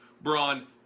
Braun